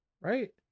Right